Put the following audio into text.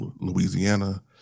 Louisiana